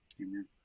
Amen